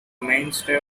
mainstay